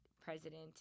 president